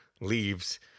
leaves